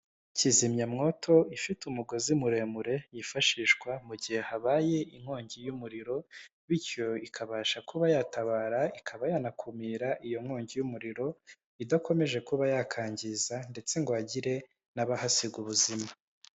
Kizimyamwoto ifite umugozi muremure yifashishwa mu gihe habaye inkongi y'umuriro, bityo ikabasha kuba yatabara ikaba yanakumira iyo nkongi y'umuriro idakomeje kuba yakangiza ndetse ngo hagire n'abahasiga ubuzima.